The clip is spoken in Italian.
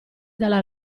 dalla